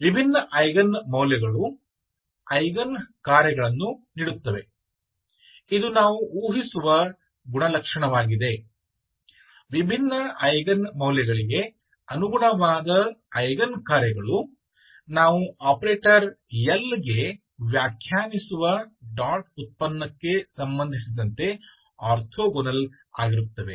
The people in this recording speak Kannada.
ವಿಭಿನ್ನ ಐಗನ್ ಮೌಲ್ಯಗಳು ಐಗನ್ ಕಾರ್ಯಗಳನ್ನು ನೀಡುತ್ತದೆ ಇದು ನಾವು ಊಹಿಸುವ ಗುಣಲಕ್ಷಣವಾಗಿದೆ ವಿಭಿನ್ನ ಐಗನ್ ಮೌಲ್ಯಗಳಿಗೆ ಅನುಗುಣವಾದ ಐಗನ್ ಕಾರ್ಯಗಳು ನಾವು ಆಪರೇಟರ್ L ಗೆ ವ್ಯಾಖ್ಯಾನಿಸುವ ಡಾಟ್ ಉತ್ಪನ್ನಕ್ಕೆ ಸಂಬಂಧಿಸಿದಂತೆ ಆರ್ಥೋಗೋನಲ್ ಆಗಿರುತ್ತವೆ